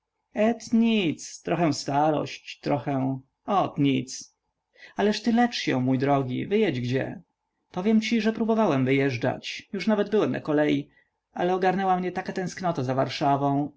et nic trochę starość trochę ot nic ależ ty lecz się mój drogi wyjedź gdzie powiem ci że próbowałem wyjeżdżać już nawet byłem na kolei ale ogarnęła mnie taka tęsknota za warszawą